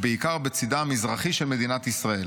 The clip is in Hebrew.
ובעיקר בצידה המזרחי של מדינת ישראל.